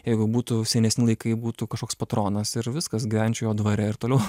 jeigu būtų senesni laikai būtų kažkoks patronas ir viskas gyvenčiau jo dvare ir toliau